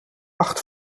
acht